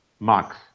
Max